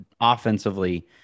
offensively